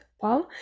Paul